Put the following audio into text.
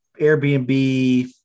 airbnb